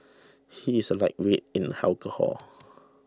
he is a lightweight in alcohol